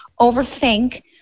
overthink